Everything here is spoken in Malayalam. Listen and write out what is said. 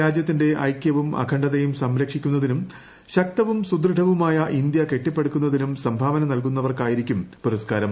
രാജ്യത്തിന്റെ ഐക്യവും അ അണ്ഡതയും സംരക്ഷിക്കുന്നതിനും ശക്തവും സുദൃഢവുമായ ഇന്ത്യ കെട്ടിപ്പടുക്കുന്നതിനും സംഭാവന നൽകുന്നവർക്കായിരിക്കും പുരസ്കാരം